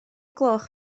gloch